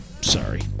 Sorry